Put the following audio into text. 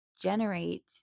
generate